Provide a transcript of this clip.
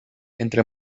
entre